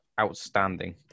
outstanding